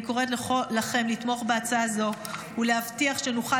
אני קוראת לכם לתמוך בהצעה זו ולהבטיח שנוכל